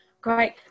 Great